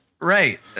Right